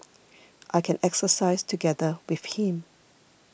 I can exercise together with him